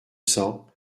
cents